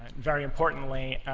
very importantly,